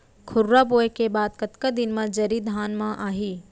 खुर्रा बोए के बाद कतका दिन म जरी धान म आही?